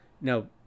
Now